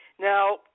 now